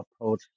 approach